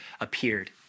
appeared